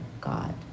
God